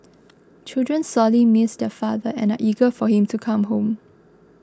children sorely miss their father and eager for him to come home